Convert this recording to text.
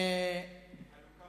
חלוקה